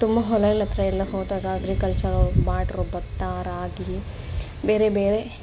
ತುಂಬ ಹೊಲಗಳ ಹತ್ರ ಎಲ್ಲ ಹೋದಾಗ ಅಗ್ರಿಕಲ್ಚರವ್ರು ಮಾಡಿರೋ ಭತ್ತ ರಾಗಿ ಬೇರೆ ಬೇರೆ